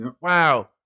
Wow